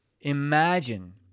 Imagine